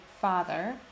father